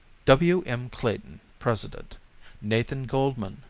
w. m. clayton, president nathan goldmann,